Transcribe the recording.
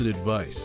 advice